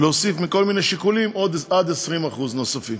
להוסיף מכל מיני שיקולים עד 20% נוספים.